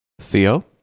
Theo